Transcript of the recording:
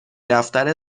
دفتر